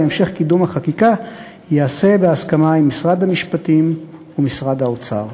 והמשך קידום החקיקה ייעשה בהסכמה עם משרד המשפטים ומשרד האוצר.